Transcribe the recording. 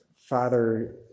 Father